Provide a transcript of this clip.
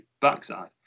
backside